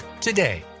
today